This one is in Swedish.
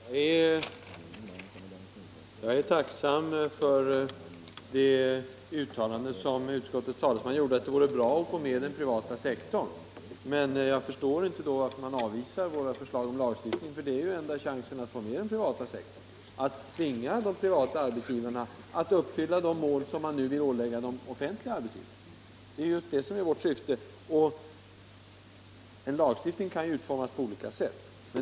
Herr talman! Jag är tacksam för det uttalande som utskottets talesman gjorde, att det vore bra att få med den privata sektorn. Men jag förstår då inte att man avvisar vårt förslag om lagstiftning, för det är ju den enda chansen att få med den privata sektorn — att tvinga de privata arbetsgivarna att uppfylla de mål som man nu vill ålägga offentliga arbetsgivare. Det är just det som är vårt syfte. En lagstiftning kan utformas på olika sätt.